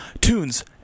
Tunes